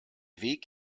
weg